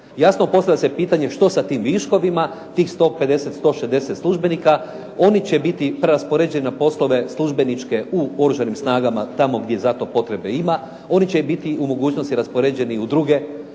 Jasno postavlja se pitanje, što sa tim viškovima tih 150, 160 službenika? Oni će biti raspoređeni na poslove službeničke u oružanim snagama tamo gdje zato potrebe ima, oni će biti u mogućnosti raspoređeni u druge